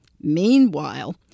Meanwhile